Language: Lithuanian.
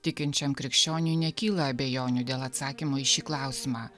tikinčiam krikščioniui nekyla abejonių dėl atsakymo į šį klausimą